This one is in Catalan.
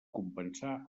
compensar